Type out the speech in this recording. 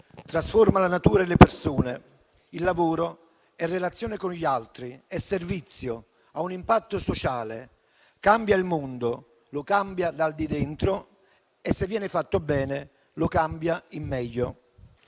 trasforma la natura e le persone. Il lavoro è relazione con gli altri, è servizio, ha un impatto sociale; cambia il mondo, lo cambia dal di dentro e, se viene fatto bene, lo cambia in meglio.